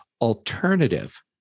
alternative